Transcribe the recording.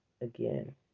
Again